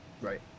Right